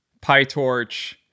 PyTorch